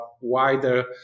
wider